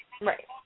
Right